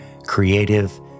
creative